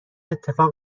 اتفاق